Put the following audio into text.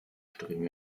streben